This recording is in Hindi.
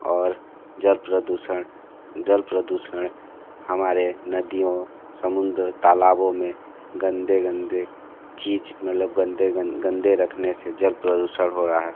और जल प्रदूषण जल प्रदूषण हमारे नदियों समुद्र तालाबों में गंदे गंदे चीज़ मतलब गंदे गंदे रखने से जल प्रदूषण हो रहा है